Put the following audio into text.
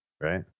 right